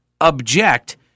object